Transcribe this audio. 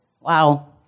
Wow